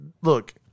look